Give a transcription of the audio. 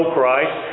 Christ